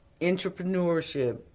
entrepreneurship